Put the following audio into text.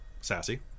Sassy